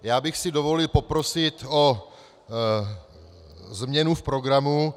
Já bych si dovolil poprosit o změnu v programu.